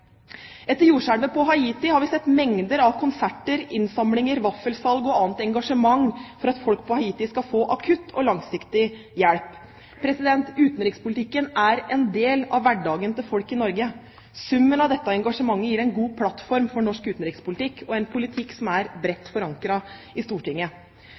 Etter jordskjelvet i Haiti har vi sett mengder av konserter, innsamlinger, vaffelsalg og annet engasjement for at folk i Haiti skal få akutt og langsiktig hjelp. Utenrikspolitikken er en del av hverdagen til folk i Norge. Summen av dette engasjementet gir en god plattform for norsk utenrikspolitikk og en politikk som er bredt forankret i Stortinget.